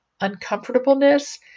uncomfortableness